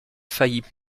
faillit